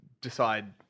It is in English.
decide